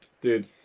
Dude